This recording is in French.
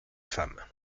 femme